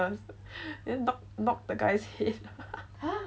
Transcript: then knocked the guy's head